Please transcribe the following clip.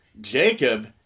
Jacob